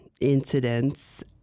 incidents